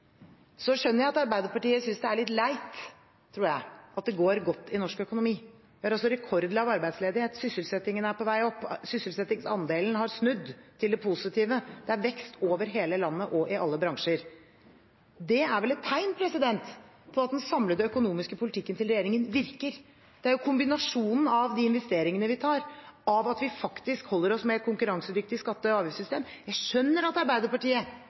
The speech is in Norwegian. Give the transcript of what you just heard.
skjønner at Arbeiderpartiet synes det er litt leit – tror jeg – at det går godt i norsk økonomi. Det er rekordlav arbeidsledighet, sysselsettingen er på vei opp, sysselsettingsandelen har snudd til det positive, det er vekst over hele landet og i alle bransjer. Det er vel et tegn på at den samlede økonomiske politikken til regjeringen virker – kombinasjonen av de investeringene vi tar, av at vi faktisk holder oss med et konkurransedyktig skatte- og avgiftssystem. Jeg skjønner at Arbeiderpartiet